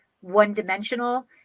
one-dimensional